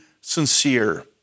sincere